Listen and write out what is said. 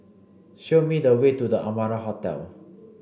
show me the way to The Amara Hotel